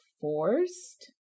forced